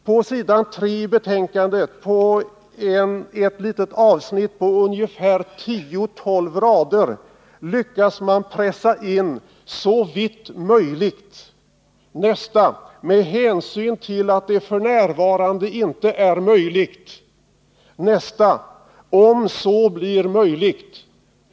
På s. 3 i betänkandet har man på ett litet avsnitt på tio å tolv rader lyckats pressa in ”såvitt möjligt”, ”med hänsyn till att det f. n. inte är möjligt” och ”om så blir möjligt”.